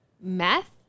Meth